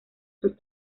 sus